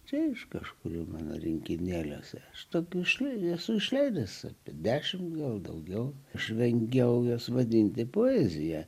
čia iš kažkur mano rinkinėliuose štabe štai esu išleidęs apie dešimt gal daugiau aš rengiau juos vadinti poezija